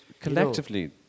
collectively